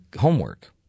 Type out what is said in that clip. homework